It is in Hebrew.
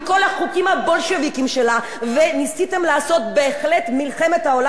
וניסיתם לעשות בהחלט מלחמת עולם שלישית על התקשורת הישראלית,